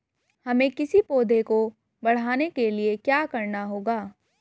हमें किसी पौधे को बढ़ाने के लिये क्या करना होगा?